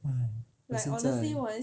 也是在